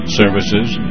services